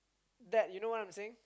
that you know I'm saying